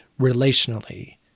relationally